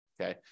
okay